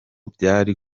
byari